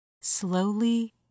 slowly